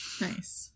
Nice